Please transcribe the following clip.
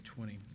20